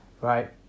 Right